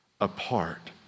apart